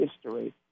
history